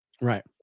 right